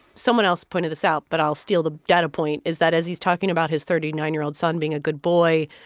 someone else pointed this out. but i'll steal the data point is that as he's talking about his thirty nine year old son being a good boy,